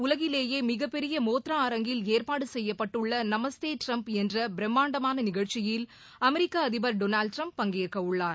உலகிலேயேமிகப்பெரியமோத்திரா அரங்கில் ஏற்பாடுசெய்யப்பட்டுள்ளநமஸ்தேடிரம்ப் பின்னர் என்றபிரமாண்டமானநிகழ்ச்சியில் அமெரிக்கஅதிபர் டொனால்டுடிரம்ப் பங்கேற்கஉள்ளார்